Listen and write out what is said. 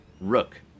Rook